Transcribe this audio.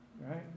right